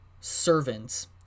servants